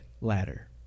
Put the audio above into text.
ladder